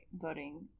voting